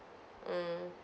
mm